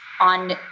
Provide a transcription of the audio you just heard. on